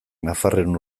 nafarren